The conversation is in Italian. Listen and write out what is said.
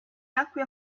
nacque